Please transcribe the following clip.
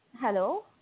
Hello